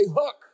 hook